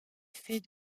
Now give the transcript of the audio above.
fait